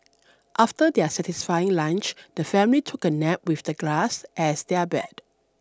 after their satisfying lunch the family took a nap with the grass as their bed